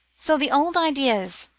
so the old ideas,